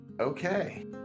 Okay